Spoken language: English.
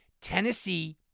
Tennessee